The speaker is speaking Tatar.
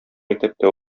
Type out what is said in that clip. мәктәптә